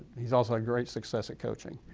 he's also a great success at coaching.